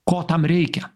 ko tam reikia